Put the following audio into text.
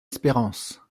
espérance